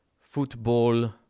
football